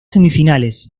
semifinales